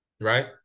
Right